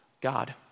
God